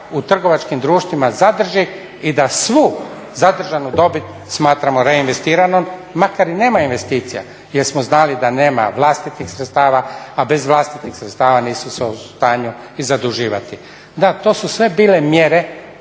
u trgovačkim društvima zadrži da svu zadržanu dobit smatramo reinvestiranom makar i nema investicija jer smo znali da nema vlastitih sredstava, a bez vlastitih sredstava nisu se u stanju i zaduživati. Da, to su sve bile mjere